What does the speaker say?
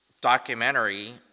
documentary